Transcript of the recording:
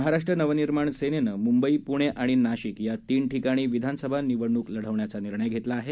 महाराष्ट्र नवनिर्माण सेनेनं मुंबई पूणे आणि नाशिक या तीन ठिकाणी विधानसभा निवडणुक लढवण्याचा निर्णय घेतला आहे